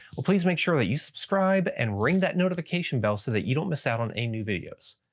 but please make sure that you subscribe and ring that notification bell so that you don't miss out on a new videos.